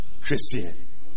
Christian